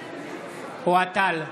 אוהד טל,